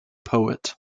poet